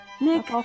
nick